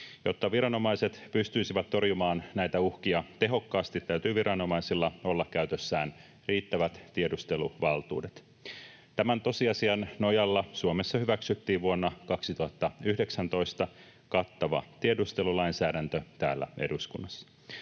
Jotta viranomaiset pystyisivät torjumaan näitä uhkia tehokkaasti, täytyy viranomaisilla olla käytössään riittävät tiedusteluvaltuudet. Tämän tosiasian nojalla Suomessa hyväksyttiin vuonna 2019 kattava tiedustelulainsäädäntö täällä eduskunnassa.